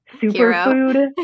superfood